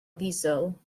ddiesel